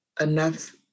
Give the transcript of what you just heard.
enough